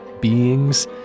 beings